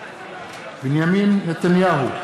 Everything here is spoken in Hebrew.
בנימין נתניהו,